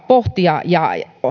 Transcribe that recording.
pohtia